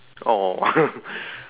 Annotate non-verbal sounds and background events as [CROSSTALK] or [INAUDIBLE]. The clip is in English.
!aww! [LAUGHS]